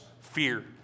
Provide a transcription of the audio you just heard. Fear